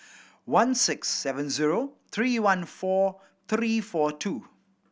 one six seven zero three one four three four two